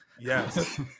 Yes